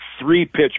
three-pitch